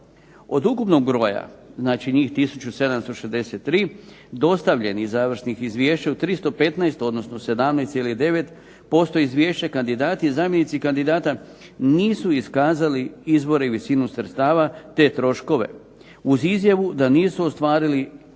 Od ukupnog broja znači njih 1763 dostavljenih završenih izvješća u 315, odnosno u 17,9% izvješća kandidati i zamjenici kandidata nisu iskazali izvore i visinu sredstava te troškove uz izjavu da nisu ostvarili ni trošili